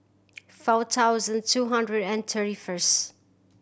four thousand two hundred and thirty first